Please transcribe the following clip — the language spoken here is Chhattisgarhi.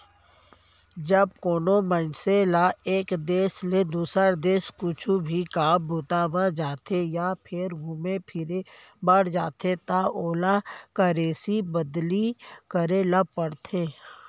जब कोनो मनसे ल एक देस ले दुसर देस कुछु भी काम बूता म जाथे या फेर घुमे फिरे बर जाथे त ओला करेंसी बदली करे ल परथे